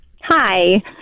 Hi